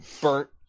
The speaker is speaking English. burnt